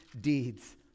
deeds